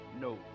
no